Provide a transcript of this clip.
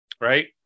right